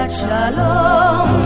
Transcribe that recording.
shalom